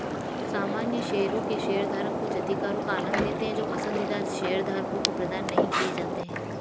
सामान्य शेयरों के शेयरधारक कुछ अधिकारों का आनंद लेते हैं जो पसंदीदा शेयरधारकों को प्रदान नहीं किए जाते हैं